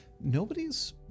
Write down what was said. nobody's